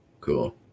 cool